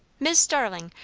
mis' starling,